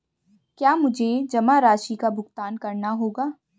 क्या मुझे जमा राशि का भुगतान करना होगा?